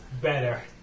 better